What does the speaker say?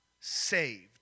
saved